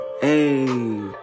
Hey